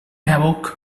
havoc